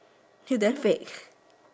till the fake